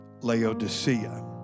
Laodicea